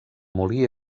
molí